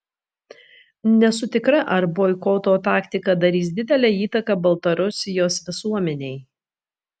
nesu tikra ar boikoto taktika darys didelę įtaką baltarusijos visuomenei